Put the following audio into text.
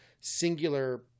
singular